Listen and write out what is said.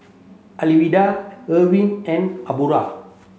Alwilda Erwin and Aubra